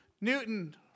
Newton